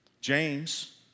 James